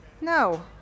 No